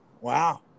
Wow